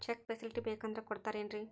Check facility ಬೇಕಂದ್ರ ಕೊಡ್ತಾರೇನ್ರಿ?